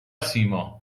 سیما